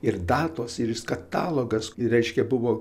ir datos ir jis katalogas ir reiškia buvo